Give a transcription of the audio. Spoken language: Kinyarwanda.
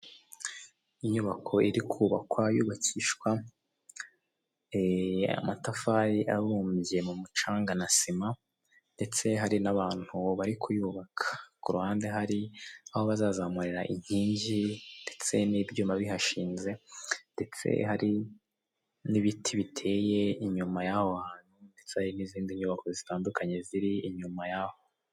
Inyubako iri kubakwa yubakishwa e amatafari abumbye mu mucanga na sima, ndetse hari n'abantu bari kuyubaka, ku ruhande hari aho bazazamurira inkingi ndetse n'ibyuma bihashinze, ndetse hari n'ibiti biteye inyuma y'aho hantu ndetse hari n'izindi nyubako zitandukanye ziri inyuma y'aho hantu.